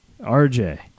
RJ